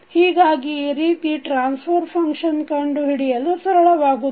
ಹೀಗಾಗಿ ಈ ರೀತಿ ಟ್ರಾನ್ಸಫರ್ ಫಂಕ್ಷನ್ನ ಕಂಡುಹಿಡಿಯಲು ಸರಳವಾಗುತ್ತದೆ